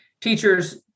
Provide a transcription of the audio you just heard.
teachers